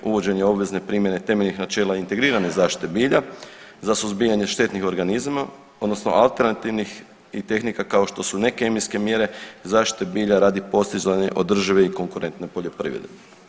uvođenje obvezne primjene temeljnih načela integrirane zaštite bilja za suzbijanje štetnih organizama odnosno alternativnih tehnika kao što su ne kemijske mjere zaštite bilja radi postizanja održive i konkurentne poljoprivrede.